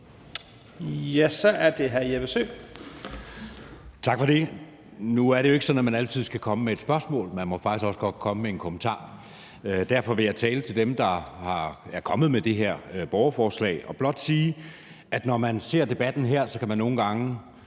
Jeppe Søe. Kl. 10:19 Jeppe Søe (M): Tak for det. Nu er det jo ikke sådan, at man altid skal komme med et spørgsmål. Man må faktisk også godt komme med en kommentar. Derfor vil jeg tale til dem, der er kommet med det her borgerforslag og blot sige, at når man ser debatten her, kan man måske nogle gange